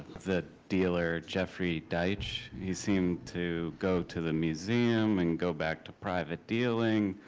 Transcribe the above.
the dealer jeffrey deitch? he seemed to go to the museum, and go back to private dealing,